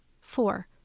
Four